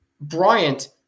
Bryant